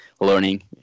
learning